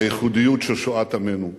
מהייחודיות של שואת עמנו,